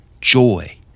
joy